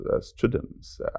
students